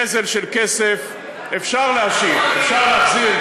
גזל של כסף אפשר להשיב, אפשר להחזיר.